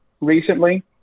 recently